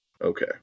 Okay